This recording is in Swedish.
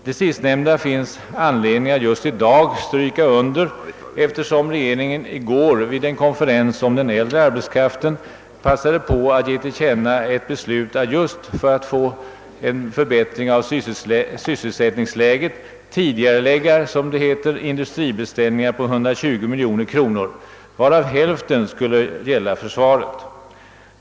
Det finns anledning att just i dag understryka det sistnämnda, eftersom regeringen i går vid en konferens om den äldre arbetskraften passade på att ge till känna ett beslut att just för att få en förbättring av sysselsättningsläget tidigarelägga, som det heter, industribeställningar på 120 miljoner kronor, varav hälften skulle gälla försvaret.